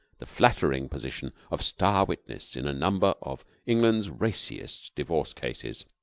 the flattering position of star witness in a number of england's raciest divorce-cases.